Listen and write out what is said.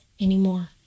anymore